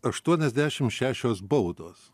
aštuoniasdešimt šešios baudos